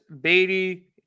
Beatty